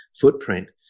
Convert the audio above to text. footprint